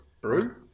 Brew